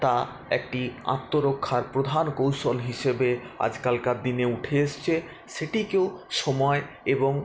তা একটি আত্মরক্ষার প্রধান কৌশল হিসাবে আজকালকার দিনে উঠে এসছে সেটিকেও সময় এবং